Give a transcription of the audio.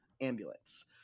Ambulance